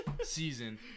season